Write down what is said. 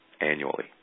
annually